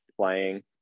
playing